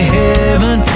heaven